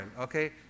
okay